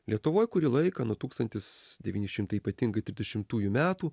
lietuvoj kurį laiką nuo tūkstantis devyni šimtai ypatingai trisdešimtųjų metų